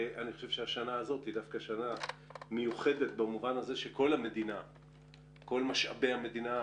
אני חושב שהשנה הזו מיוחדת במובן הזה שכל משאבי המדינה